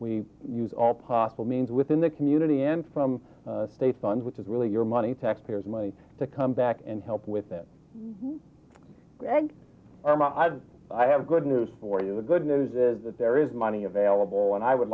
we use all possible means within the community and from state funds which is really your money taxpayers money to come back and help with it greg are my eyes i have good news for you the good news is that there is money available and i would